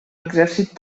exèrcit